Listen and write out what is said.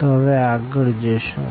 તો આગળ જશું